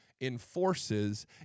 Enforces